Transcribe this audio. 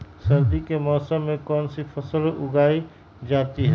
सर्दी के मौसम में कौन सी फसल उगाई जाती है?